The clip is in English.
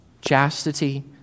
chastity